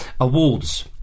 Awards